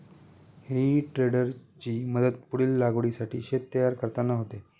हेई टेडरची मदत पुढील लागवडीसाठी शेत तयार करताना होते